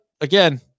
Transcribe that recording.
again